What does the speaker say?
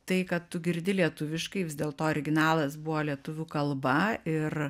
tai kad tu girdi lietuviškai vis dėlto originalas buvo lietuvių kalba ir